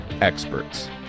experts